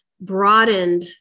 broadened